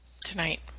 tonight